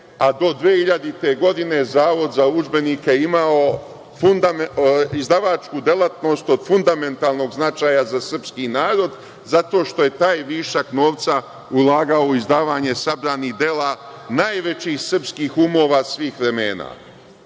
a do 2000. godine Zavod za udžbenike je imao izdavačku delatnost od fundamentalnog značaja za srpski narod, zato što je taj višak novca ulagao u izdavanje sabranih dela najvećih srpskih umova svih vremena,